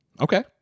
okay